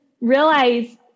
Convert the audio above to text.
realize